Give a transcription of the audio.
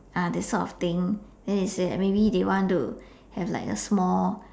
ah that sort of thing then they say that maybe they want to have like a small